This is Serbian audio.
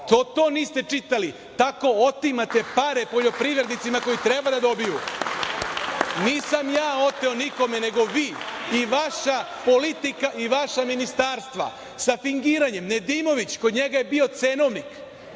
To niste čitali. Tako otimate pare poljoprivrednicima koji treba da dobiju. Nisam ja oteo nikome, nego vi, i vaša politika i vaša ministarstva, sa fingiranjem. Nedimović, kod njega je bio cenovnik,